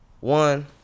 one